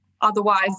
otherwise